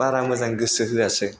बारा मोजां गोसो होयासै